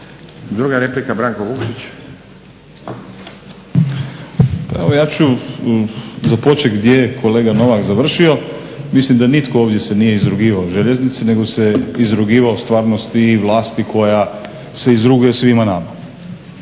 - Stranka rada)** Pa evo ja ću započeti gdje je kolega Novak završio. Mislim da nitko ovdje se nije izrugivao željeznici, nego se izrugivao stvarnosti i vlasti koja se izruguje svima nama.